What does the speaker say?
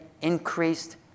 increased